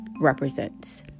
represents